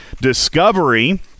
Discovery